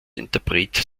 interpret